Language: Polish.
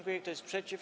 Kto jest przeciw?